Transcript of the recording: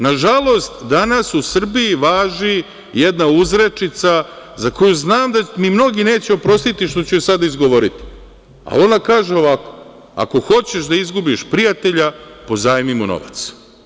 Nažalost, danas u Srbiji važi jedna uzrečica koju mi mnogi neće oprostiti jer ću je izgovoriti, ali ona kaže ovako – ako hoćeš da izgubiš prijatelja, pozajmi mu novac.